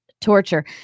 torture